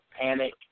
panic